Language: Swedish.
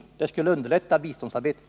Det skulle underlätta biståndsarbetet.